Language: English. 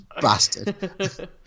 bastard